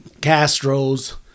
Castros